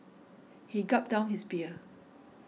he gulped down his beer